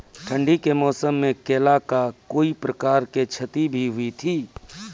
ठंडी के मौसम मे केला का कोई प्रकार के क्षति भी हुई थी?